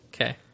okay